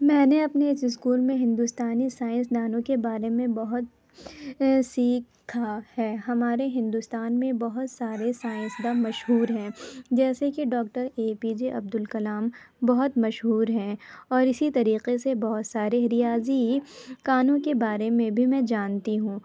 میں نے اپنے اس اسکول میں ہندوستانی سائنسدانوں کے بارے میں بہت سیکھا ہے ہمارے ہندوستان میں بہت سارے سائنسداں مشہور ہیں جیسے کہ doctor A P J Abdul Kalam بہت مشہور ہیں اور اسی طریقے سے بہت سارے ریاضی کانوں کے بارے میں بھی میں جانتی ہوں